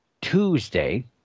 Tuesday